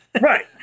right